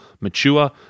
mature